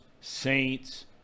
Saints